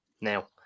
Now